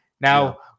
Now